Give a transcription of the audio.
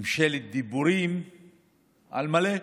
ממשלת דיבורים על מלא.